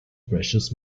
precious